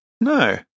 No